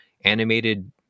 animated